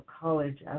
college